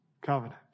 covenant